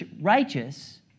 righteous